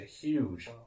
huge